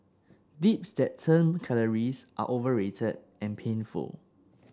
dips that turn calories are overrated and painful